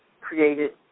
created